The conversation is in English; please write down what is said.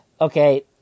Okay